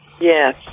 Yes